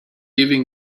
ewigen